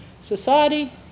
society